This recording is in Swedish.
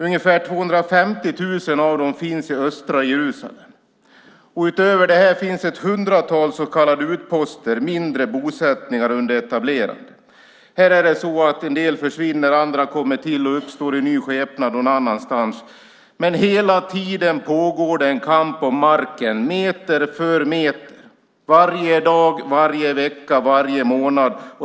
Ungefär 250 000 av dem finns i östra Jerusalem. Utöver dessa finns ett hundratal så kallade utposter - mindre bosättningar under etablerande. Här är det så att en del försvinner och andra kommer till och uppstår i ny skepnad någon annanstans, men hela tiden pågår en kamp om marken meter för meter. Det pågår varje dag, varje vecka och varje månad.